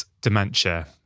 dementia